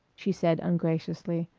she said ungraciously,